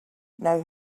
now